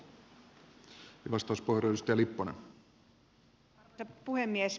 arvoisa puhemies